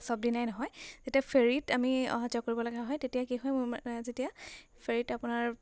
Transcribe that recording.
চব দিনাই নহয় যেতিয়া ফেৰীত আমি অহা যোৱা কৰিব লগা হয় তেতিয়া কি হয় মোৰ যেতিয়া ফেৰীত আপোনাৰ